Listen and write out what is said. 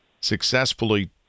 successfully